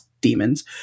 demons